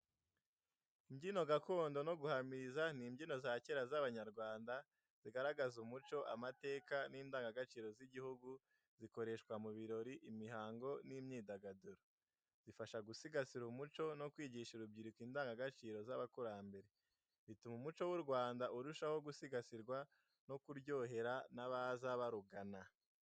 Imbyino gakondo no guhamiriza ni imbyino za kera z'Abanyarwanda zigaragaza umuco, amateka n’indangagaciro z’igihugu, zikoreshwa mu birori, imihango n’imyidagaduro. Zifasha gusigasira umuco no kwigisha urubyiruko indangagaciro z’abakurambere. Bituma umuco w’u Rwanda urushaho gusigasirwa no kuryohera n'abaza barugana.